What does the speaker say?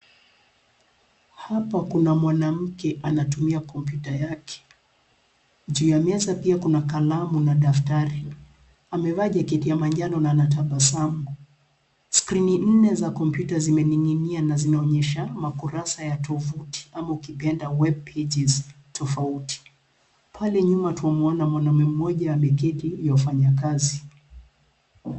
Hapa kuna mwanamke anatumia komputa yake. Juu ya meza pia kuna kalamu na daftari. Amevaa jaketi ya manjano na anatabasamu. Skrini nne za komputa zimeninginia na zinaonyesha makurasa na tovuti ama ukipenda web pages , tofauti. Pale nyuma tunamwona mwanamme mmoja ameketi yuafanya kazi.